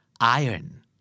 Iron